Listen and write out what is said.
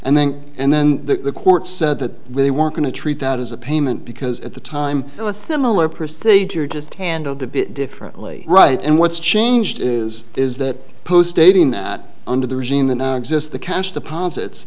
and then and then the court said that they were going to treat that as a payment because at the time it was similar procedure just handled a bit differently right and what's changed is is that post dating that under the regime that now exist the cash deposits